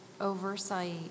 oversight